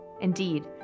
Indeed